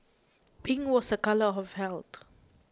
pink was a colour of health